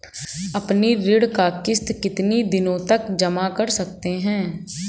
अपनी ऋण का किश्त कितनी दिनों तक जमा कर सकते हैं?